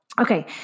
Okay